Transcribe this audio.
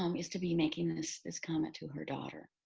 um is to be making this this comment to her daughter?